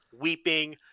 weeping